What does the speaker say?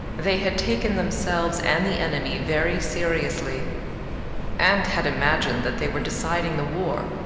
they had taken themselves and the enemy very seriously and had imagined that they were deciding the war.